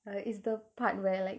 uh is the part where like